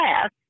class